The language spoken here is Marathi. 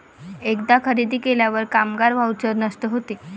एकदा खरेदी केल्यावर कामगार व्हाउचर नष्ट होते